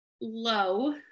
low